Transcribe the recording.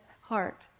heart